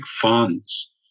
funds